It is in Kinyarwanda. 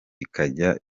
bikajya